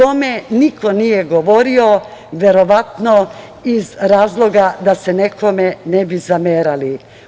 O tome niko nije govorio, verovatno iz razloga da se nekome ne bi zamerali.